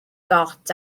got